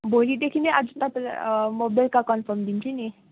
भोलिदेखि नै आज तपाईँलाई म बेलुका कन्फर्म दिन्छु नि